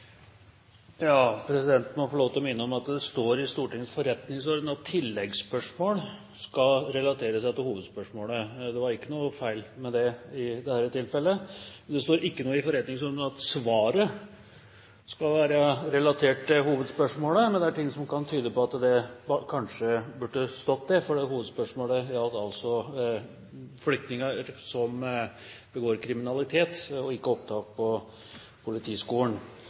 Presidenten må få lov til å minne om at det i Stortingets forretningsorden står at tilleggsspørsmål skal relatere seg til hovedspørsmålet. Det var ikke noe feil med det i dette tilfellet. Det står imidlertid ikke noe i forretningsordenen om at svaret skal være relatert til hovedspørsmålet, men det er ting som kan tyde på at det kanskje burde stå, for hovedspørsmålet gjaldt altså asylsøkere som begår kriminalitet, og ikke opptak på